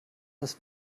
das